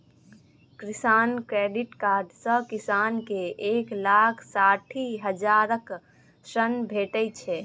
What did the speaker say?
किसान credit card सँ किसान केँ एक लाख साठि हजारक ऋण भेटै छै